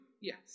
Yes